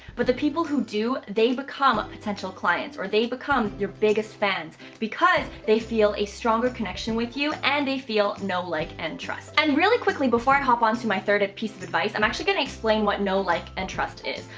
but the people who do, they become a potential clients, or they become your biggest fans, because they feel a stronger connection with you and they feel know, like, and trust. and really quickly before i hop onto my third piece of advice, i'm actually going to explain what know, like, and trust is.